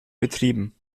betrieben